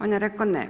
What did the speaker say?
On je rekao ne.